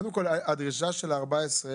קודם כל, הדרישה של ה-14,000.